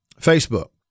Facebook